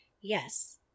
Yes